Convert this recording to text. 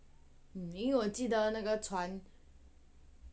mm 因为我记得那个船